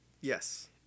Yes